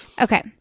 Okay